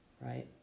right